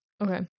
Okay